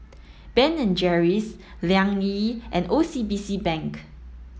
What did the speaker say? Ben and Jerry's Liang Yi and O C B C Bank